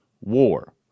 war